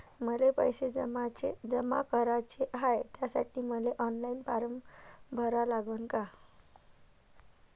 मले पैसे जमा कराच हाय, त्यासाठी मले ऑनलाईन फारम भरा लागन का?